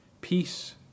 Peace